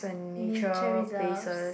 nature reserves